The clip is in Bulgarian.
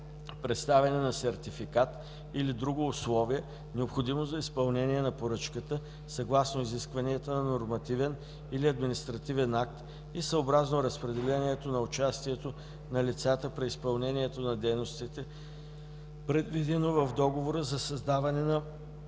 представяне на сертификат или друго условие, необходимо за изпълнение на поръчката, съгласно изискванията на нормативен или административен акт и съобразно разпределението на участието на лицата при изпълнение на дейностите, предвидено в договора за създаване на